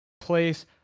place